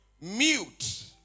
mute